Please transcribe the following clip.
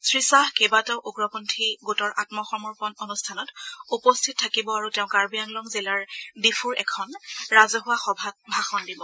শ্ৰীখাহ কেইবাটাও উগ্ৰপন্থী গোটৰ আম্মসমৰ্পণ অনুষ্ঠানত উপস্থিত থাকিব আৰু তেওঁ কাৰ্বি আংলং জিলাৰ ডিফুৰ এখন ৰাজহুৱা সভাত ভাষণ দিব